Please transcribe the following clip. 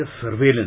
surveillance